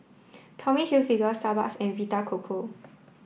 Tommy Hilfiger Starbucks and Vita Coco